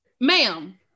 ma'am